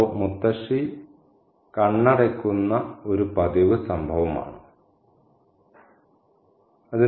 അതോ മുത്തശ്ശി കണ്ണടയ്ക്കുന്ന ഒരു പതിവ് സംഭവമാണോ